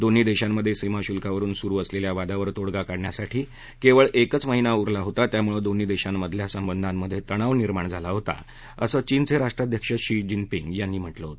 दोन्ही देशांमध्ये सीमा शुल्कावरून सुरु असलेल्या वादावर तोडगा काढण्यासाठी केवळ एकच महिना उरला होता यामुळे दोन्ही देशांमधले संबंधांमध्ये अत्यंत तणाव निर्माण झाला होता असं चीनचे राष्ट्राध्यक्ष शी जीनर्पींग यांनी म्हटलं आहे